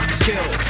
skill